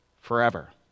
forever